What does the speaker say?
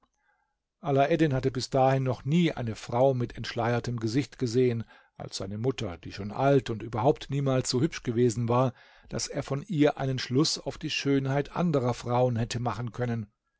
alaeddin hatte bis dahin noch nie eine frau mit entschleiertem gesicht gesehen als seine mutter die schon alt und überhaupt niemals so hübsch gewesen war daß er von ihr einen schluß auf die schönheit anderer frauen hätte machen können